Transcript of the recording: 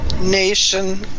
nation